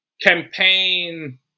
campaign